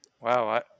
wow